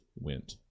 went